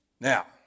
Now